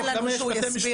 למה יש בתי משפט?